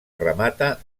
remata